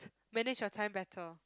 manage your time better